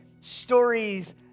stories